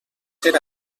ser